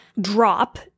drop